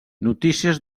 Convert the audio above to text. notícies